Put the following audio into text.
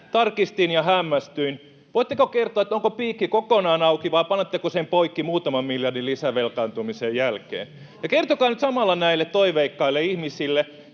Tarkistin ja hämmästyin. Voitteko kertoa, onko piikki kokonaan auki vai panetteko sen poikki muutaman miljardin lisävelkaantumisen jälkeen. Ja kertokaa nyt samalla näille toiveikkaille ihmisille,